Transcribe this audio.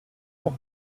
pour